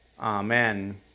Amen